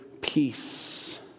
peace